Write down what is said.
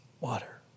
water